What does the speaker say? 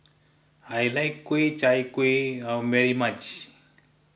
I like Ku Chai Kuih very much